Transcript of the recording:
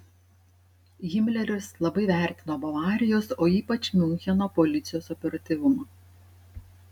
himleris labai vertino bavarijos o ypač miuncheno policijos operatyvumą